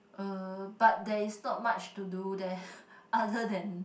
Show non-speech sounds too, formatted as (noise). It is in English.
err but there is not much to do there (breath) other than